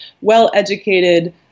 well-educated